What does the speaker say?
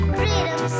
freedom